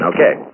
Okay